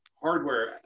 hardware